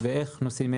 איך נוסעים,